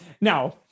Now